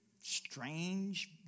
strange